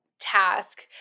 task